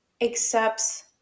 accepts